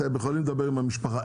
אתם יכולים לדבר עם המשפחה.